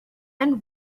and